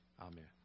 Amen